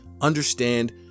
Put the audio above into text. understand